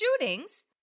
shootings